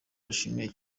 ashimira